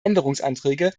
änderungsanträge